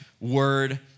word